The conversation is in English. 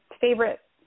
favorite